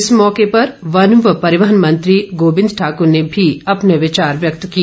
इस मौके वन व परिवहन मंत्री गोविंद ठाक्र ने भी अपने विचार व्यक्त किए